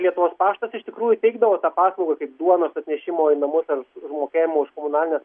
lietuvos paštas iš tikrųjų teikdavo tą paslaugą kaip duonos atnešimo į namus ar užmokėjimo už komunalines